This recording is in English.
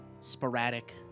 Sporadic